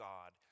God